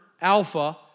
alpha